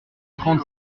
trente